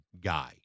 guy